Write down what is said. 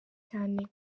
cyane